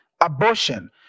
abortion